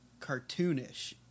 cartoonish